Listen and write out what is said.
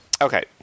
Okay